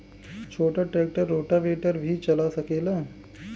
छोटा tractor rotavator भी चला सकेला?